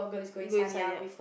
go and sign up